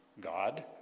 God